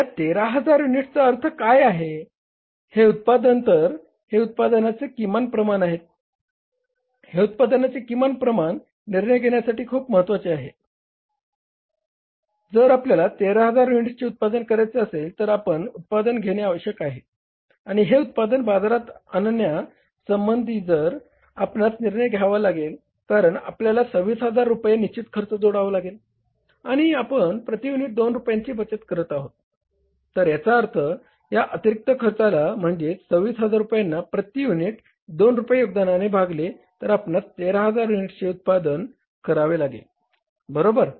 तर या 13000 युनिट्सचा अर्थ काय आहे हे उत्पादन तर हे उत्पादनाचे किमान प्रमाण आहेत 26000 रुपयांना प्रती युनिट 2 रुपये योगदानाने भागले तर आपणास 13000 युनिट्सचे उत्पादन करावे लागेल बरोबर